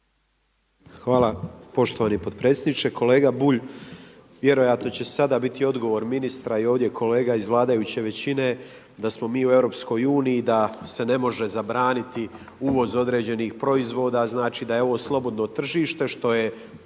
Hvala poštovani potpredsjedniče. Kolega Bulj, vjerojatno će sada biti odgovor ministra i ovdje kolega iz vladajuće većine da smo mi u EU, da se ne može zabraniti uvoz određenih proizvoda, znači da je ovo slobodno tržište što je